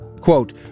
Quote